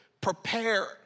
prepare